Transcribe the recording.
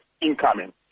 incoming